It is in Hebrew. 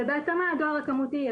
ובהתאמה הדואר הכמותי,